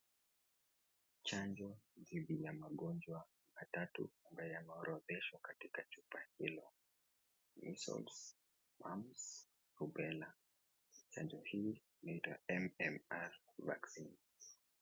Chanjo hili ni ya magonjwa matatu ambayo yameorodheshwa katika chupa hilo ; Measles , Mumps, Rubella . Chanjo hili ni la MMR Vaccine .